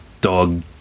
dog